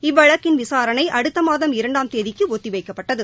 இவ்வழக்கின் விசாரணை அடுத்த மாதம் இரண்டாம் தேதிக்கு ஒத்திவைக்கப்பட்டது